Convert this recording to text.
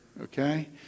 Okay